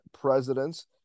presidents